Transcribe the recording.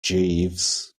jeeves